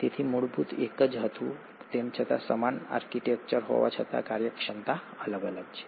તેથી મૂળ મૂળ એક જ હતું તેમ છતાં સમાન આર્કિટેક્ચર હોવા છતાં કાર્યક્ષમતા અલગ છે